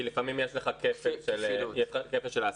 כי לפעמים יש לך כפל של העסקה.